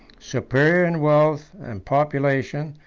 superior in wealth and population,